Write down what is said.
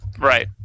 Right